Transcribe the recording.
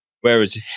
whereas